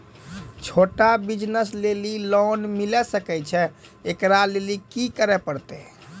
छोटा बिज़नस लेली लोन मिले सकय छै? एकरा लेली की करै परतै